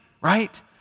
right